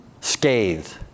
scathed